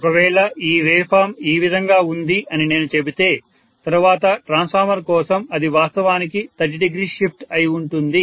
ఒకవేళ ఈ waveform ఈ విధంగా ఉంది అని నేను చెబితే తరువాత ట్రాన్స్ఫార్మర్ కోసం అది వాస్తవానికి 300 షిఫ్ట్ అయి ఉంటుంది